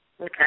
Okay